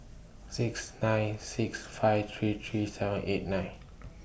six nine six five three three seven eight nine